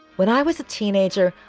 when i was a teenager,